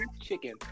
chicken